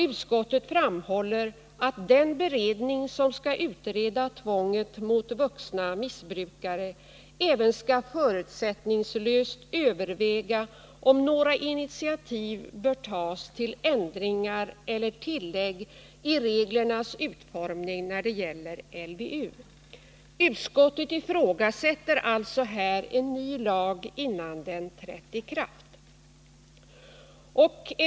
Utskottet framhåller att den beredning som skall utreda tvånget mot vuxna missbrukare även skall förutsättningslöst överväga om några initiativ bör tas till ändringar eller tillägg i reglernas utformning när det gäller LVU. Utskottet ifrågasätter alltså en lag som ännu inte trätt i kraft!